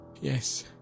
Yes